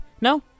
no